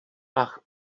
ach